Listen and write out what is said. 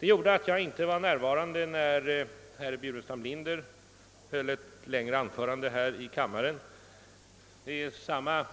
Det gjorde att jag inte var närvarande, när herr Burenstam Linder höll ett längre anförande här i kammaren. Samma